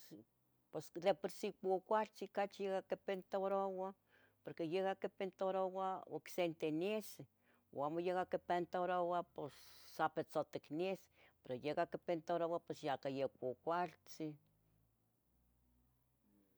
Pos de por si cuacualtzin cachi ya quipintarouah, porque yaca quipintaroua ocsente nesih ua ayamo quipintarouah pos sa pitzotic niesi, pero yaca quipintarouah pos yaca yeh cuacualtzin